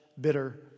bitter